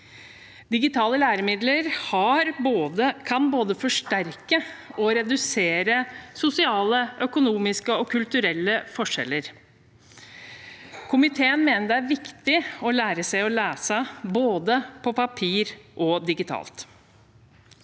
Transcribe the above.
Digitale læremidler kan både forsterke og redusere sosiale, økonomiske og kulturelle forskjeller. Komiteen mener det er viktig å lære seg å lese både på papir og digitalt.